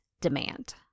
demand